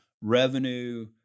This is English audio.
revenue